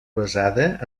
basada